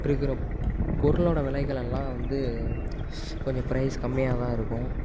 இருக்கிற பொருளோட விலைகளெல்லாம் வந்து கொஞ்சம் ப்ரைஸ் கம்மியாகதான் இருக்கும்